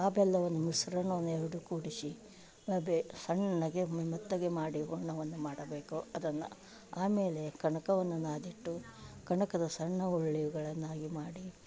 ಆ ಬೆಲ್ಲವನ್ನು ಮಿಶ್ರವನ್ನು ಎರಡು ಕೂಡಿಸಿ ಹಬೆ ಸಣ್ಣಗೆ ಮೆತ್ತಗೆ ಮಾಡಿ ಹೂರ್ಣವನ್ನು ಮಾಡಬೇಕು ಅದನ್ನ ಆಮೇಲೆ ಕಣಕವನ್ನ ನಾದಿಟ್ಟು ಕಣಕದ ಸಣ್ಣ ಹುಳ್ಳೆಗಳನ್ನಾಗಿ ಮಾಡಿ